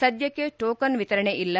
ಸದ್ಯಕ್ಕೆ ಟೋಕನ್ ವಿತರಣೆ ಇಲ್ಲ